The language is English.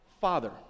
Father